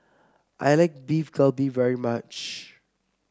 I like Beef Galbi very much